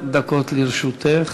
עשר דקות לרשותך.